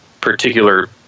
particular